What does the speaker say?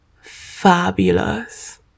fabulous